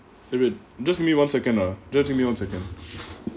eh wait just give me one second ah just give me one second